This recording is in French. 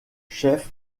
chef